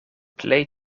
plej